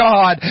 God